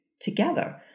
together